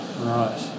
Right